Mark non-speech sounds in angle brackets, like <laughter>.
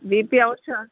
B P <unintelligible>